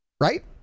Right